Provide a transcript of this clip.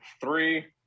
three